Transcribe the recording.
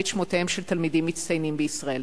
את שמותיהם של תלמידים מצטיינים בישראל.